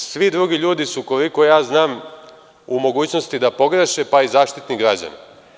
Svi drugi ljudi su, koliko ja znam, u mogućnosti da pogreše, pa i Zaštitnik građana.